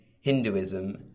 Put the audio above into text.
Hinduism